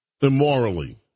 immorally